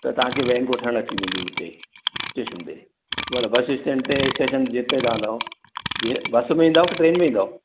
त तव्हांखे वेन वठण अची वेंदी उते ई स्टेशन ते ई हीअंर बस स्टैण्ड ते स्टेशन जिते लहंदव बस में ईंदव की ट्रेन में ईंदव